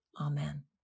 Amen